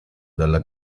dalla